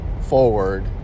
forward